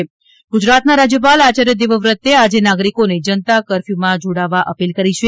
રાજ્યપાલ ગુજરાતના રાજ્યપાલ આચાર્ય દેવવ્રતે આજે નાગરિકોને જનતા કર્ફયુંમાં જોડવા અપીલ કરી છે